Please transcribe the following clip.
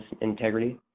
integrity